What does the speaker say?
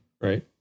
Right